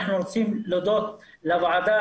אנחנו רוצים להודות לוועדה.